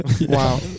Wow